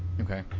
okay